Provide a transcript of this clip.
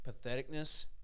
patheticness